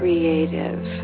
Creative